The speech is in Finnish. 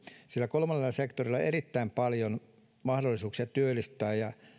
sillä kolmannella sektorilla on erittäin paljon mahdollisuuksia työllistää ja